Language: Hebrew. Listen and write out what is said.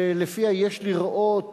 שלפיה יש לראות